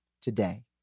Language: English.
today